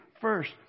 first